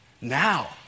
Now